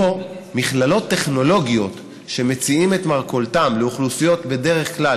שבו מכללות טכנולוגיות, שבדרך כלל